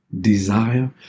Desire